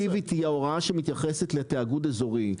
היא ההוראה שמתייחסת לתיאגוד אזורי,